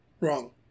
Wrong